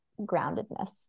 groundedness